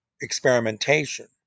experimentation